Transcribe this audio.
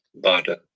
Bada